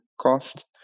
cost